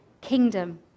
kingdom